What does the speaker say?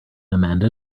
amanda